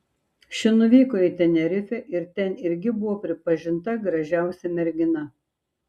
ši nuvyko į tenerifę ir ten irgi buvo pripažinta gražiausia mergina